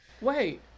Wait